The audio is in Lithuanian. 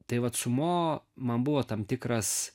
tai vat su mo man buvo tam tikras